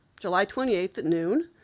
july twenty eighth at noon,